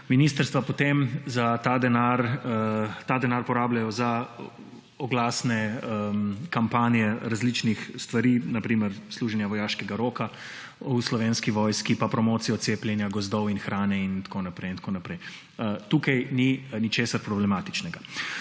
Ministrstva potem ta denar porabljajo za oglasne kampanje različnih stvari, na primer služenja vojaškega roka v Slovenski vojski, pa promocijo cepljenja, gozdov in hrane in tako naprej in tako naprej. Tukaj ni ničesar problematičnega.